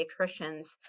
pediatricians